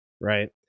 Right